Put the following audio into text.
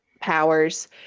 powers